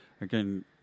again